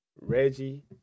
Reggie